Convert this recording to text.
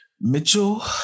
Mitchell